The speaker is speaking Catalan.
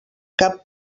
cap